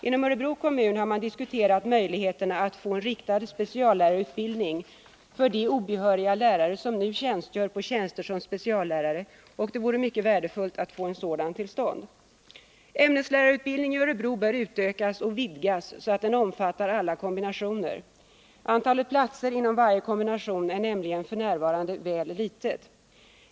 Inom Örebro kommun har man diskuterat möjligheterna att få en riktad speciallärarutbildning för de obehöriga lärare som nu tjänstgör som speciallärare, och det vore värdefullt att få en sådan till stånd. Ämneslärarutbildningen i Örebro bör utökas och vidgas så att den omfattar alla kombinationer. Antalet platser inom varje kombination är f. n. nämligen väl litet.